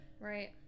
Right